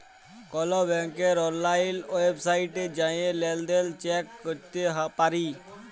call ব্যাংকের অললাইল ওয়েবসাইটে জাঁয়ে লেলদেল চ্যাক ক্যরতে পারি